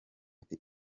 ati